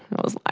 was like,